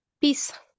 peace